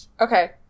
Okay